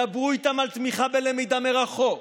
דברו איתם על תמיכה בלמידה מרחוק.